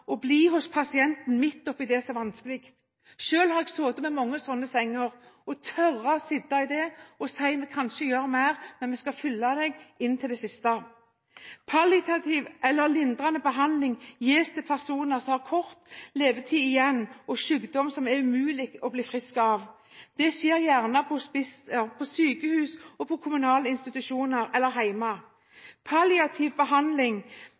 bli hos pasienten midt oppi det som er vanskelig – selv har jeg sittet ved mange sånne senger – tørre å sitte i det og si: Vi kan ikke gjøre mer, men vi skal følge deg inn til det siste. Palliativ, eller lindrende, behandling gis til personer som har kort levetid igjen og sykdom som er umulig å bli frisk av. Det skjer gjerne på hospice, eller på sykehus, på kommunale institusjoner eller hjemme. Palliativ behandling